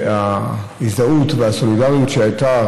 ההזדהות והסולידריות שהייתה,